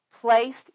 Placed